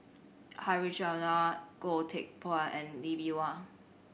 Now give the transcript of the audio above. Harichandra Goh Teck Phuan and Lee Bee Wah